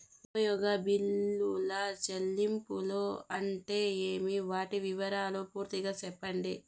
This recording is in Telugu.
వినియోగ బిల్లుల చెల్లింపులు అంటే ఏమి? వాటి వివరాలు పూర్తిగా సెప్పండి?